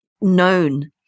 known